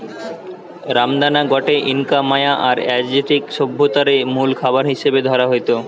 রামদানা গটে Inca, Maya আর অ্যাজটেক সভ্যতারে মুল খাবার হিসাবে ধরা হইত